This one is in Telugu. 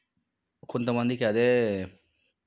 కొంతమందికి అదే